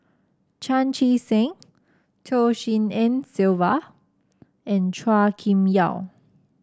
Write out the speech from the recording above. Chan Chee Seng Tshin En Sylvia and Chua Kim Yeow